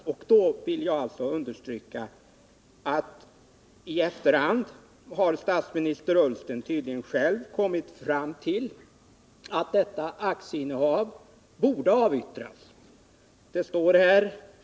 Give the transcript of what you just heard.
Jag vill med anledning av det understryka att statsminister Ullsten i efterhand tydligen har kommit fram till att aktieinnehavet borde avyttras.